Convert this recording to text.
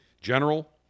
General